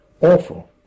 awful